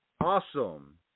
awesome